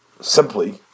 simply